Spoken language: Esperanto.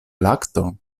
lakto